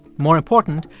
more important,